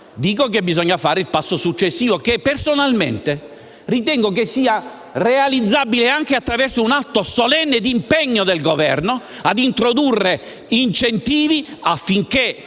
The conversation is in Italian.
ma bisogna fare il passo successivo, che personalmente ritengo sia realizzabile anche attraverso un atto solenne di impegno del Governo ad introdurre incentivi affinché